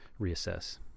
reassess